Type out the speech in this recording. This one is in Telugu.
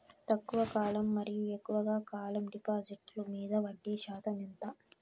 తక్కువ కాలం మరియు ఎక్కువగా కాలం డిపాజిట్లు మీద వడ్డీ శాతం ఎంత?